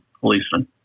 policeman